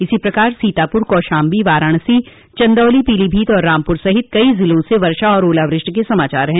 इसी प्रकार सीतापुर कौशाम्बी वाराणसी चंदौली पीलीभीत और रामपुर सहित कई जिलों से वर्षा और ओलावृष्टि के समाचार हैं